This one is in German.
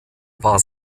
war